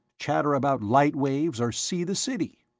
chatter about light waves or see the city?